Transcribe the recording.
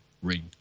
ring